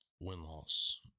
win-loss